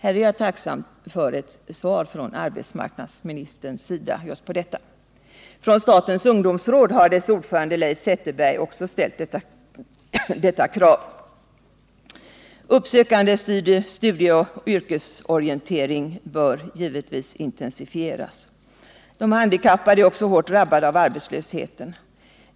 Leif Zetterberg, ordförande i statens ungdomsråd, har också ställt detta krav. På den här punkten vore jag tacksam för ett svar från arbetsmarknadsministern. Uppsökande studieoch yrkesorientering bör givetvis intensifieras. De handikappade drabbas hårt av arbetslöshet.